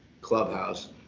clubhouse